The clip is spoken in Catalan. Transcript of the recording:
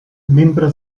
membre